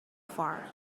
far